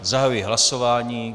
Zahajuji hlasování.